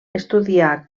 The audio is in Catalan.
estudià